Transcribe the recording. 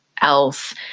else